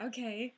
Okay